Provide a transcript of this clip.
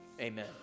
amen